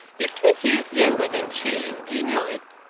you're twenty years younger than she is, do you know it?